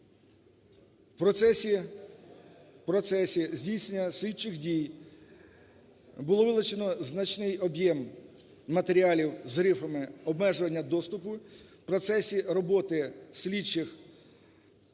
в процесі здійснення слідчих дій було вилучено значний об'єм матеріалів з грифами обмежування доступу, в процесі роботи слідчих